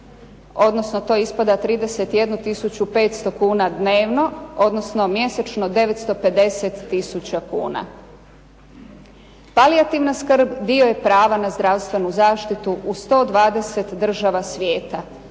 Odnosno to ispada 31500 kuna dnevno, odnosno mjesečno 950000 kuna. Palijativna skrb dio je prava na zdravstvenu zaštitu u 120 država svijeta,